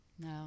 no